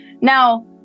Now